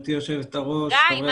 גבירתי יושבת הראש וחברי הכנסת --- גיא,